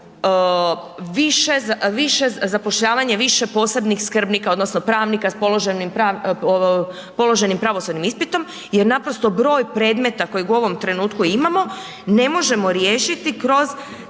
više, zapošljavanje više posebnih skrbnika odnosno pravnika sa položenim pravosudnim ispitom jer naprosto broj predmeta kojeg u ovom trenutku imamo, ne možemo riješiti kroz